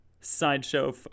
sideshow